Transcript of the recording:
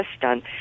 done